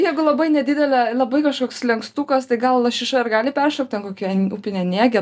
jeigu labai nedidelė labai kažkoks slenkstukas tai gal lašiša ir gali peršokt ten kokia upinė nėgė